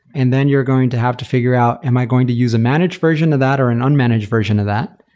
and then you're going to have to figure out, am i going to use a managed version of that or an unmanaged version of that?